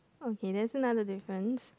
okay that's another difference